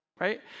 right